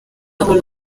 abo